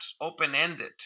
open-ended